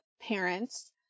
parents